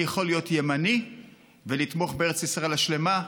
אני יכול להיות ימני ולתמוך בארץ ישראל השלמה,